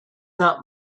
not